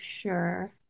sure